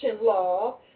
law